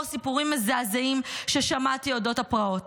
סיפורים מזעזעים ששמעתי אודות הפרעות.